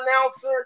announcer